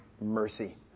mercy